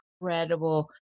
incredible